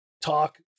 talk